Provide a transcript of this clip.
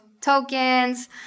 tokens